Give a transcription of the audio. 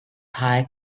high